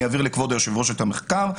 אני אעביר לכבוד היושב-ראש את המחקר.